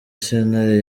sentare